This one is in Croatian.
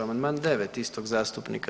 Amandman 9 istog zastupnika.